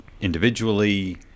individually